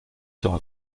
sera